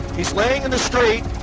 he's laying in the street.